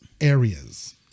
areas